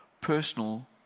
personal